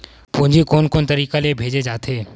पूंजी कोन कोन तरीका ले भेजे जाथे?